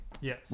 Yes